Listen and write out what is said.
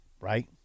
Right